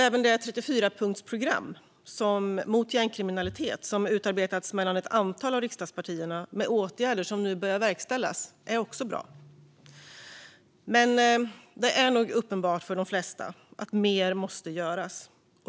Även det 34-punktsprogram mot gängkriminalitet, som utarbetats av ett antal riksdagspartier, med åtgärder som nu börjar verkställas är också bra. Men det är nog uppenbart för de flesta att mer måste göras.